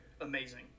amazing